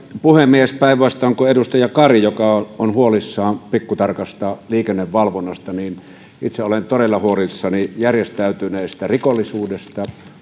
puhemies päinvastoin kuin edustaja kari joka on huolissaan pikkutarkasta liikennevalvonnasta itse olen todella huolissani järjestäytyneestä rikollisuudesta